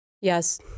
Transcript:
Yes